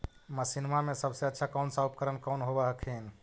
मसिनमा मे सबसे अच्छा कौन सा उपकरण कौन होब हखिन?